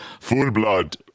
full-blood